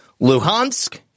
Luhansk